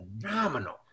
Phenomenal